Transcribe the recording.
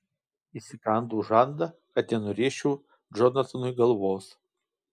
įsikandau žandą kad nenurėžčiau džonatanui galvos